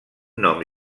nom